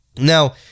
Now